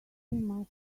must